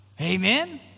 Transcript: Amen